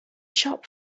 shop